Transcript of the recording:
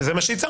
זה מה שהצענו.